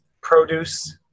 produce